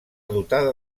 dotada